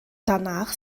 danach